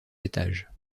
étages